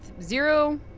zero